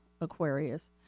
Aquarius